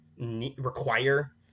require